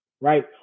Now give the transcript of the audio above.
Right